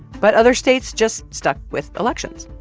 but other states just stuck with elections.